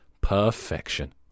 perfection